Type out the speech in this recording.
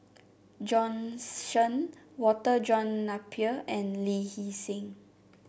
Bjorn Shen Walter John Napier and Lee Hee Seng